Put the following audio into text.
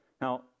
Now